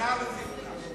נוסיף אותם.